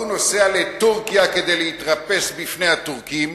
הוא נוסע לטורקיה כדי להתרפס בפני הטורקים,